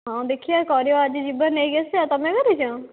ହଁ ଦେଖିବା କରିବା ଯଦି ଯିବ ନେଇକି ଆସିବା ତୁମେ କରିଛ